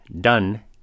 Done